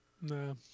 No